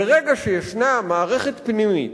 ברגע שישנה מערכת פנימית